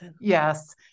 Yes